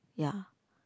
ya